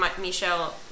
michelle